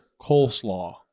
coleslaw